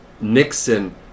Nixon